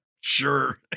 sure